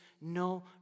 no